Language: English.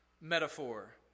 metaphor